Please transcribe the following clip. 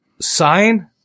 sign